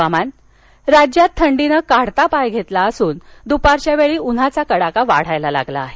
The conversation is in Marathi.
हवामान राज्यात थंडीनं काढता पाय घेतला असून दपारच्या वेळी उन्हाचा कडाका वाढायला लागला आहे